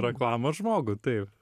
reklamos žmogų taip